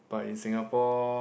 but in Singapore